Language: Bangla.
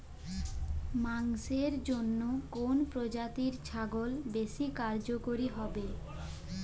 মাংসের জন্য কোন প্রজাতির ছাগল বেশি কার্যকরী হবে?